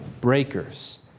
breakers